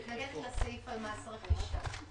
הממשלה מתנגדת לסעיף על מס רכישה.